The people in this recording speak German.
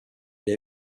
der